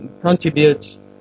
contributes